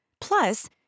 Plus